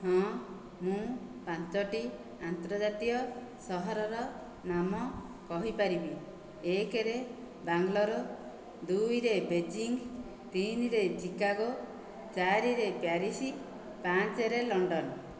ହଁ ମୁଁ ପାଞ୍ଚୋଟି ଆନ୍ତର୍ଜାତୀୟ ସହରର ନାମ କହିପାରିବି ଏକରେ ବାଙ୍ଗଲୋର ଦୁଇରେ ବେଜିଂ ତିନିରେ ଚିକାଗୋ ଚାରିରେ ପ୍ୟାରିସ୍ ପାଞ୍ଚରେ ଲଣ୍ଡନ